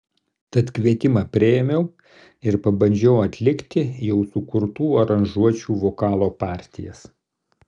tad kvietimą priėmiau ir pabandžiau atlikti jau sukurtų aranžuočių vokalo partijas